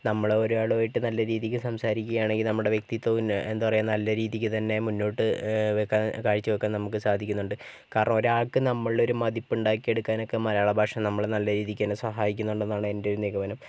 നമ്മൾ ഒരാളും ആയിട്ട് നല്ല രീതിക്ക് സംസാരിക്കുകയാണെങ്കിൽ നമ്മുടെ വ്യക്തിത്വം എന്താ പറയുക നല്ല രീതിക്ക് തന്നെ മുന്നോട്ട് വെക്കാൻ കാഴ്ചവയ്ക്കാൻ നമുക്ക് സാധിക്കുന്നുണ്ട് കാരണം ഒരാൾക്ക് നമ്മളിൽ മതിപ്പുണ്ടാക്കിയെടുക്കാൻ ഒക്കെ മലയാളഭാഷ നമ്മളെ നല്ല രീതിക്ക് തന്നെ സഹായിക്കുന്നുണ്ടെന്നാണ് എൻ്റെ ഒരു നിഗമനം